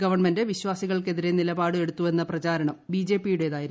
government വിശ്വാസികൾക്കെതി നിലപാട് എടുത്തുവെന്ന രെ പ്രചരണം യുടേതായിരുന്നു